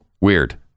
Weird